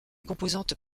composante